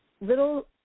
little